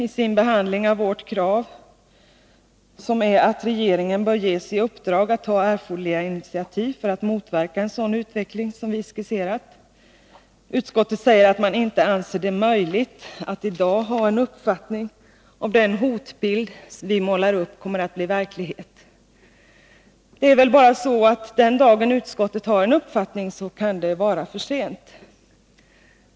I sin behandling av vårt krav att regeringen bör ges i uppdrag att ta erforderliga initiativ för att motverka en sådan utveckling som vi skisserat, säger utskottet att man inte anser det möjligt att i dag ha en uppfattning om huruvida den hotbild som vi målar upp kommer att bli verklighet. Det är bara så, att den dagen utskottet har en uppfattning kan det vara för sent.